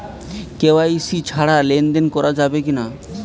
KYC ছাড়া লেনদেন করা যাবে কিনা?